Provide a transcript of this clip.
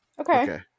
Okay